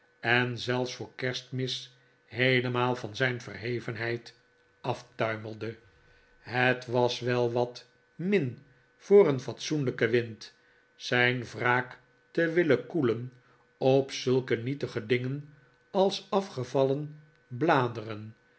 en zelfs voor kerstmis heelemaal van zijn verhevenheid aftuimelde het was wel wat min voor een fatsoenlijken wind zijn wraak te willen koelen op zulke nietige dingen als afgevallen bladeren